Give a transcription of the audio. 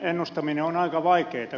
ennustaminen on aika vaikeata